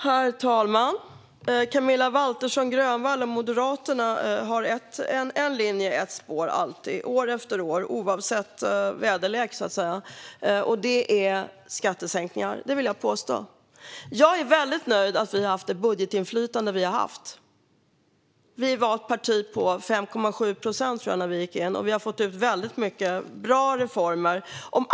Herr talman! Camilla Waltersson Grönvall och Moderaterna har alltid en linje, år efter år, oavsett väderlek, så att säga: skattesänkningar. Det vill jag påstå. Jag är väldigt nöjd med att vi har haft det budgetinflytande vi har haft. Vi var ett parti på 5,7 procent, tror jag, när vi gick in, och vi har fått igenom väldigt många bra reformer.